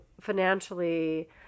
financially